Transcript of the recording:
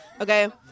okay